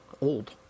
old